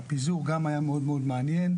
הפיזור גם היה מאוד מאוד מעניין.